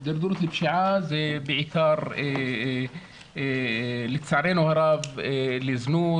זה בעיקר לצערנו הרב לזנות,